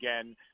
again